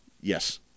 Yes